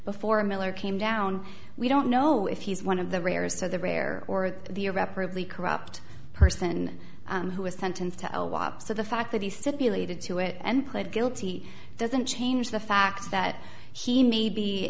before miller came down we don't know if he's one of the rarest of the rare or the irreparably corrupt person who was sentenced to l wop so the fact that he said believe it to it and pled guilty doesn't change the fact that he may be